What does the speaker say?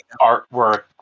artwork